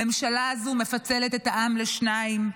הממשלה הזאת מפצלת את העם לשתיים,